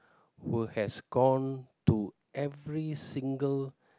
who has gone to every single